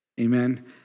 Amen